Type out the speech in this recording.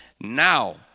now